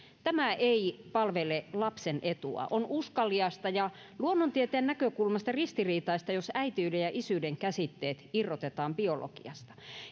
tämä ei palvele lapsen etua on uskaliasta ja luonnontieteen näkökulmasta ristiriitaista jos äitiyden ja isyyden käsitteet irrotetaan biologiasta